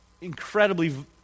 incredibly